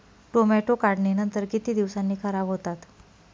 Tomato काढणीनंतर किती दिवसांनी खराब होतात?